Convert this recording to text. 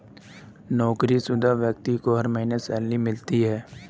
नौकरीशुदा व्यक्ति को हर महीने सैलरी मिलती है